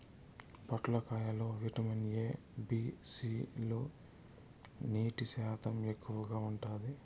పొట్లకాయ లో vitamin A, B, C లు, నీటి శాతం ఎక్కువగా ఉంటాది